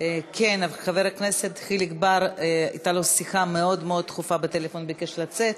לחבר הכנסת חיליק בר הייתה שיחה מאוד מאוד דחופה בטלפון והוא ביקש לצאת,